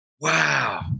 Wow